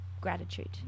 gratitude